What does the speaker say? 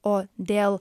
o dėl